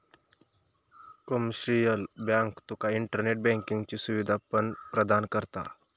commercial bank तुका internet बँकिंगची सुवीधा पण प्रदान करता